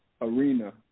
arena